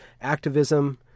activism